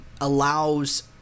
allows